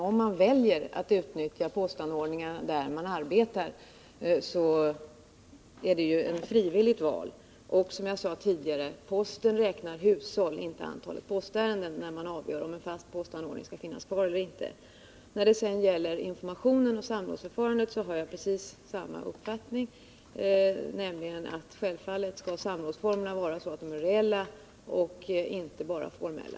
Om man väljer att utnyttja postanordningarna där man arbetar, så är det ju ett frivilligt val. Som jag sade tidigare räknar posten dessutom hushåll och inte antalet postärenden när den bedömer om en fast postanordning skall finnas kvar eller inte. När det sedan gäller informationen och samrådsförfarandet har jag precis samma uppfattning som Ivan Svanström, nämligen att samrådsformerna självfallet skall vara reella och inte bara formella.